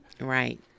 Right